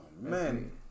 man